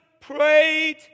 prayed